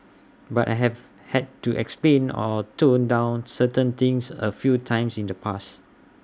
but I have had to explain or tone down certain things A few times in the past